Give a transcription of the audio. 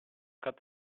cut